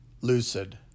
Lucid